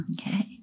Okay